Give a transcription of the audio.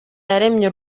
waremye